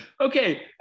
Okay